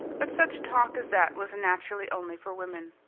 but such talk as that was naturally only for women.